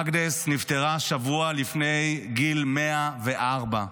אגנס נפטרה השבוע לפני גיל 104,